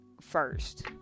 first